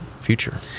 future